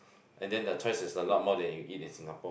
and then the choice is a lot more than you eat in Singapore